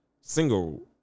single